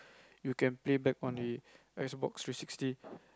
you can play back on the X-Box three sixty